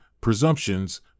presumptions